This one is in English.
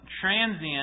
transient